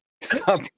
Stop